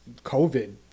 COVID